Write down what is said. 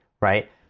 right